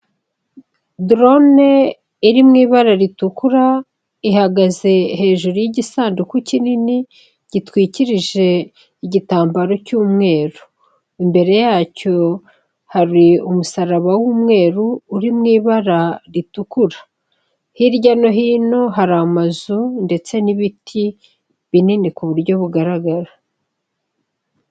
Drone iri mu ibara ritukura ihagaze hejuru y'igisanduku kinini gitwikirije igitambaro cy'umweru, imbere yacyo hari umusaraba w'umweru uri mu ibara ritukura, hirya no hino hari amazu ndetse n'ibiti binini ku buryo bugaragara.